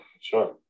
Sure